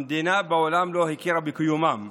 המדינה מעולם לא הכירה בקיומם.